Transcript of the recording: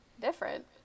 different